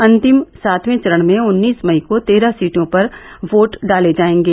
अन्तिम सातवें चरण में उन्नीस मई को तेरह सीटों पर वोट डाले जायेंगे